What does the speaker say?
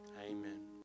Amen